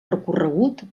recorregut